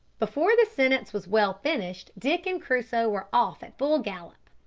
before the sentence was well finished, dick and crusoe were off at full gallop.